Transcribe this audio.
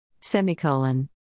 semicolon